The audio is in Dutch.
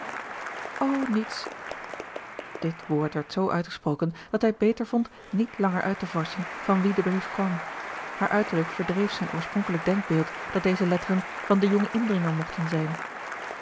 niets dit woord werd zoo uitgesproken dat hij beter vond niet langer uit te vorschen van wien de brief kwam haar uiterlijk verdreef zijn oorspronkelijk denkbeeld dat deze letteren van den jongen indringer mogten zijn